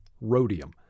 rhodium